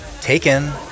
taken